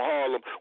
Harlem